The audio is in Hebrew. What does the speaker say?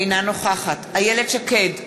אינה נוכחת איילת שקד,